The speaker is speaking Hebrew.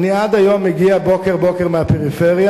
אני עד היום מגיע בוקר-בוקר מהפריפריה,